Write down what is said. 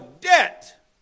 debt